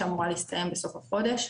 שאמורה להסתיים בסוף החודש.